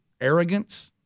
Arrogance